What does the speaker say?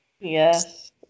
Yes